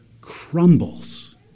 crumbles